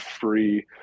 free